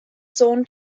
zoned